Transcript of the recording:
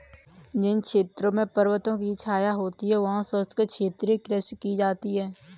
जिन क्षेत्रों में पर्वतों की छाया होती है वहां शुष्क क्षेत्रीय कृषि की जाती है